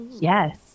Yes